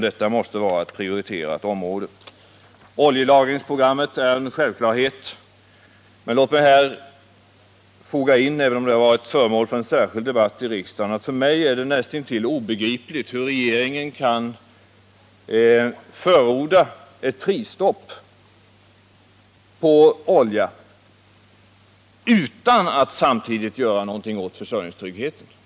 Detta måste vara ett prioriterat område. 7. Oljelagringsprogrammet är en självklarhet. Men låt mig här flika in — även om detta varit föremål för en särskild debatt i riksdagen — att det för mig är näst intill obegripligt att regeringen kan förorda ett prisstopp på olja utan att samtidigt göra någonting åt försörjningstryggheten.